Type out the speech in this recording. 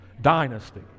Dynasty